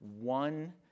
one